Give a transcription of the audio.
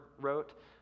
wrote